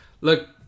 Look